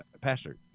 pastor